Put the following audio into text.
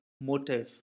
motive